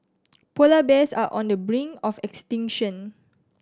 polar bears are on the brink of extinction